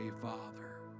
Father